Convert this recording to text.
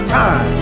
time